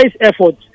efforts